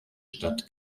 stadt